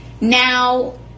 Now